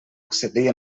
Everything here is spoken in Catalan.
accedir